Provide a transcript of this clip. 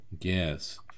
Yes